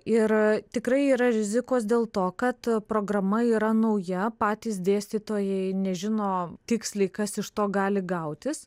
ir tikrai yra rizikos dėl to kad programa yra nauja patys dėstytojai nežino tiksliai kas iš to gali gautis